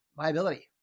Viability